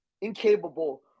incapable